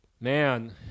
man